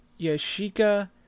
Yashika